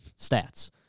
stats